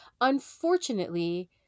Unfortunately